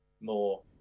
more